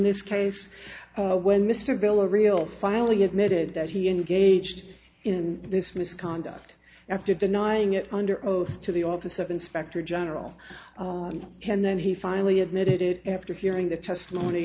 this case when mr geller real finally admitted that he engaged in this misconduct after denying it under oath to the office of inspector general and then he finally admitted it after hearing the testimony